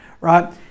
Right